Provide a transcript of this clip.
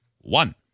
one